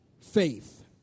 faith